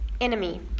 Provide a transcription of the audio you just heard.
enemy